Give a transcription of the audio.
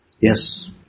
Yes